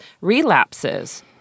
relapses